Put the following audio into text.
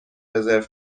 رزرو